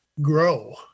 grow